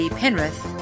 penrith